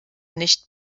nicht